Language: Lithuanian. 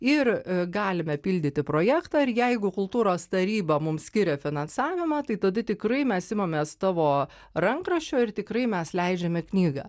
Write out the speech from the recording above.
ir galime pildyti projektą ir jeigu kultūros taryba mums skiria finansavimą tai tada tikrai mes imamės tavo rankraščio ir tikrai mes leidžiame knygą